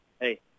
Hey